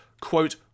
quote